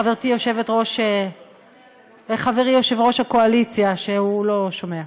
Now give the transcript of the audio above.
חברי יושב-ראש הקואליציה, שלא שומע.